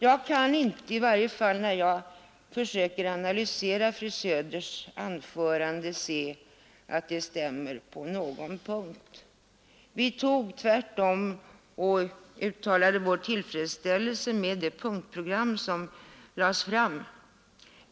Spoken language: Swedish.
Jag kan inte — i varje fall när jag försöker analysera fru Söders anförande — se att det stämmer på någon punkt. Vi uttalade tvärtom vår tillfredsställelse med det punktprogram som lades fram.